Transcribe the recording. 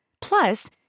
Plus